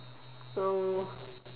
so